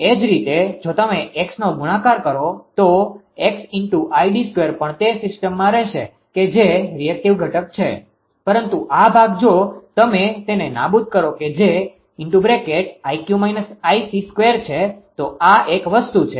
એ જ રીતે જો તમે xનો ગુણાકાર કરો તો 𝑥𝑖𝑑2 પણ તે સિસ્ટમમાં રહેશે કે જે રીએક્ટીવ ઘટક છે પરંતુ આ ભાગ જો તમે તેને નાબુદ કરો કે જે 𝑖𝑞 − 𝑖𝑐2 છે તો આ એક વસ્તુ છે